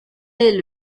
est